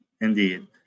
indeed